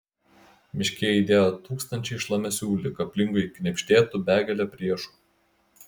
miške aidėjo tūkstančiai šlamesių lyg aplinkui knibždėtų begalė priešų